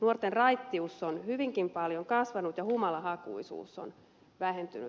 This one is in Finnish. nuorten raittius on hyvinkin paljon kasvanut ja humalahakuisuus on vähentynyt